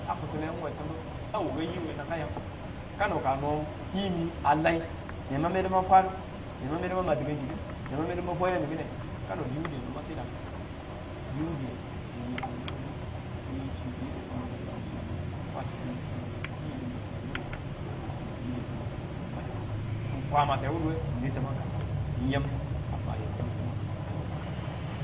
A kitulengu we timbubu, a waka yii we nankayang kano ka no yiimi, a lai neman medu mang fwadu neman medu mam ma teka̱ng chi ki̱n nama medu ma fwa ya̱mu ki̱ne kano diwu diye no ma tida fire, di wu diye n ying we nir minu mi chi tiyilitu min bada fiswe mi wa titiiyetu yiimi wetuwe mure, wetuwe chi titiiyetu mu baditu n kwama tewuduwe kinwe tamang kang n yam kan maye ma nwe taman kang tewuduwe ka maka ti nidu.